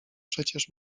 przecież